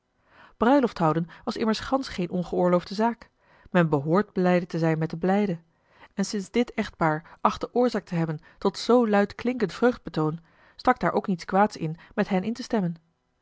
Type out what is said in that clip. bruilofthouden was immers gansch geen ongeoorloofde zaak men behoort blijde te zijn met den blijde en sinds dit echtpaar achtte oorzaak te hebben tot zoo luidklinkend vreugdebetoon stak daar ook niets kwaads in met hen in te stemmen